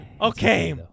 Okay